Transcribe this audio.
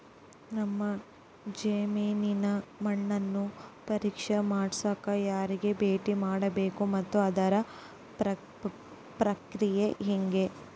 ನಮ್ಮ ಜಮೇನಿನ ಮಣ್ಣನ್ನು ಪರೇಕ್ಷೆ ಮಾಡ್ಸಕ ಯಾರಿಗೆ ಭೇಟಿ ಮಾಡಬೇಕು ಮತ್ತು ಅದರ ಪ್ರಕ್ರಿಯೆ ಹೆಂಗೆ?